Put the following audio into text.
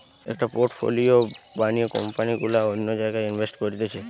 একটা পোর্টফোলিও বানিয়ে কোম্পানি গুলা অন্য জায়গায় ইনভেস্ট করতিছে